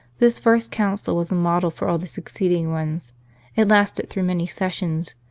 this first council was a model for all the succeeding ones it lasted through many sessions.